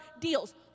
deals